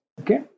Okay